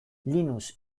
linus